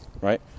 right